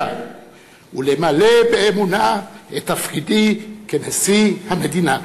ולמלא באמונה את תפקידי כנשיא המדינה.